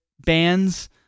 bands